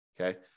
Okay